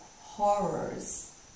horrors